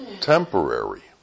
temporary